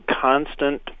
constant